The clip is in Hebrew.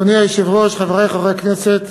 אדוני היושב-ראש, חברי חברי הכנסת,